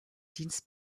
dienst